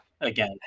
Again